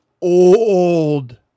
old